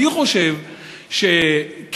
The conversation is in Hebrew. אני חושב שכאן,